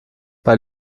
bei